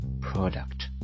product